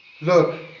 Look